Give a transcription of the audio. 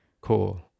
Cool